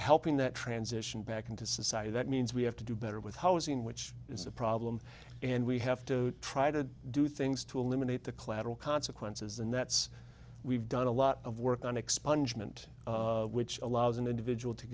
helping that transition back into society that means we have to do better with housing which is a problem and we have to try to do things to eliminate the collateral consequences and that's we've done a lot of work on expungement which allows an individual to